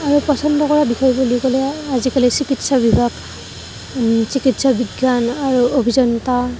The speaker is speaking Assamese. আৰু পচন্দ কৰা বিষয় বুলি ক'লে আজিকালি চিকিৎসা বিভাগ চিকিৎসা বিজ্ঞান আৰু অভিযন্তা